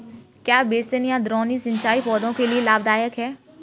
क्या बेसिन या द्रोणी सिंचाई पौधों के लिए लाभदायक है?